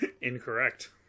Incorrect